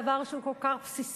דבר שהוא כל כך בסיסי,